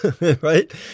right